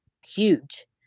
huge